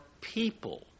people